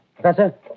Professor